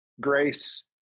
grace